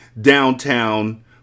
downtown